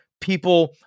people